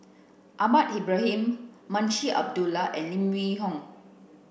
Ahmad Ibrahim Munshi Abdullah and Lim Yew Hock